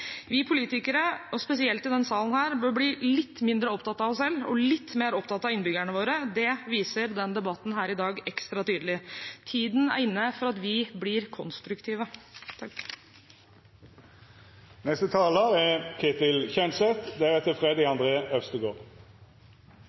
Vi politikere – spesielt i denne salen – bør bli litt mindre opptatt av oss selv og litt mer opptatt av innbyggerne våre. Det viser debatten her i dag ekstra tydelig. Tiden er inne for at vi blir konstruktive.